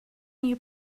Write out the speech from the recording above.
you